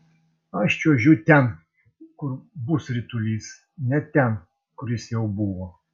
aš čiuožiu ten kur bus ritulys ne ten kur jis jau buvo